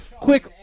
quick